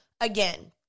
Again